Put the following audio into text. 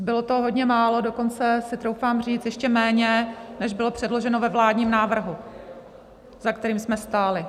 Bylo toho hodně málo, dokonce si troufám říct, ještě méně, než bylo předloženo ve vládním návrhu, za kterým jsme stáli.